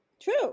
True